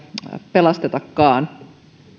pelastetakaan on